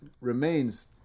remains